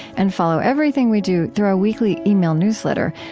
and follow everything we do through our weekly email newsletter.